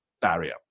barrier